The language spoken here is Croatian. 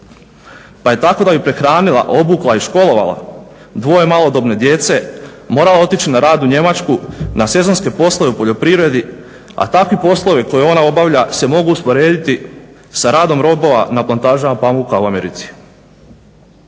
pa je tako da bi prehranila, obukla i školovala dvoje malodobne djece morala otići na rad u Njemačku na sezonske poslove u poljoprivredi, a takve poslove koje ona obavlja se mogu usporediti sa radom robova na plantažama pamuka u Americi.